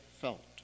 felt